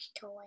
toy